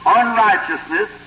unrighteousness